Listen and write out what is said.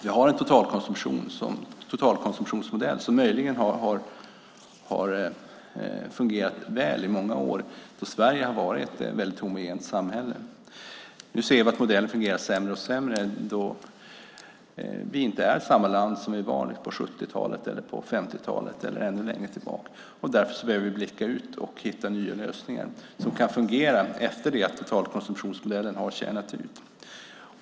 Vi har en totalkonsumtionsmodell som möjligen har fungerat väl i många år då Sverige har varit ett mycket homogent samhälle. Nu ser vi att modellen fungerar sämre och sämre då vi inte är samma land som vi var på 70-talet, på 50-talet eller ännu längre tillbaka. Därför behöver vi blicka ut och hitta nya lösningar som kan fungera efter det att totalkonsumtionsmodellen har tjänat ut.